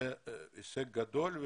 זה הישג גדול.